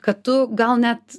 kad tu gal net